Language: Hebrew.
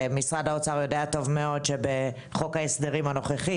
משרד האוצר יודע טוב מאוד שבחוק ההסדרים הנוכחי